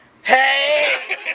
Hey